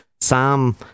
Sam